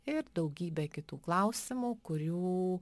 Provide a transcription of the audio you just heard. ir daugybė kitų klausimų kurių